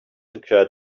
occurred